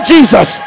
Jesus